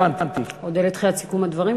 תחילת סיכום הדברים.